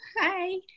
Hi